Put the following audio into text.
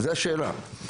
זאת השאלה.